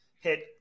hit